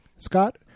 Scott